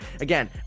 again